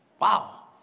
wow